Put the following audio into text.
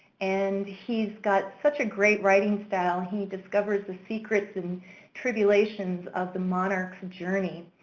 and he's got such a great writing style. he discovers the secrets and tribulations of the monarch's journey.